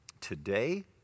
today